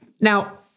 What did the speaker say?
Now